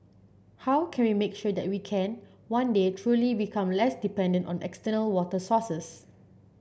how can we make sure that we can one day truly become less dependent on external water sources